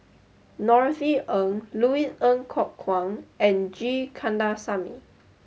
Norothy Ng Louis Ng Kok Kwang and G Kandasamy